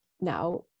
now